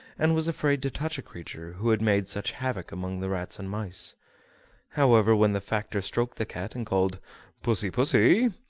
and was afraid to touch a creature who had made such havoc among the rats and mice however, when the factor stroked the cat and called pussy, pussy!